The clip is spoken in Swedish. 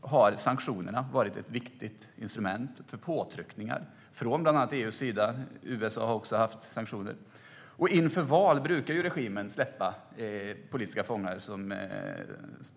har sanktionerna varit ett viktigt instrument för påtryckningar från bland annat EU:s sida. USA har också haft sanktioner mot landet. Inför val brukar regimen släppa politiska fångar.